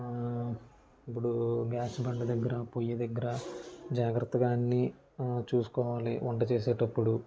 ఇప్పుడు గ్యాసు బండ దగ్గర పోయి దగ్గర జాగ్రత్తగా అన్ని చూసుకోవాలి వంట చేసేటప్పుడు